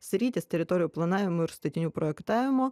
sritys teritorijų planavimo ir statinių projektavimo